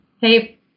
Hey